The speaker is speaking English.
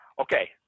Okay